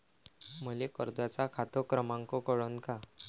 मले कर्जाचा खात क्रमांक कळन का?